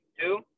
two